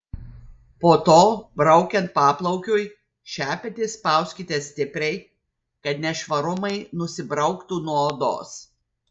po to braukiant paplaukiui šepetį spauskite stipriai kad nešvarumai nusibrauktų nuo odos